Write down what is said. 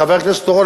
חבר הכנסת אורון,